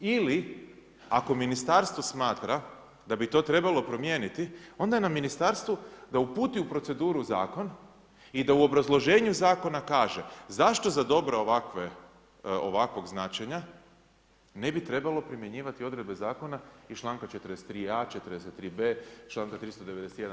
Ili ako ministarstvo smatra da bi to trebalo promijeniti, onda je na ministarstvu, da uputi u proceduru zakon, i da u obrazloženju zakona kaže, zašto za dobro ovakvog značenja, ne bi trebalo primjenjivati odredbe zakona iz čl. 43a, 43b. čl. 391.